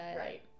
right